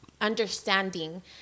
understanding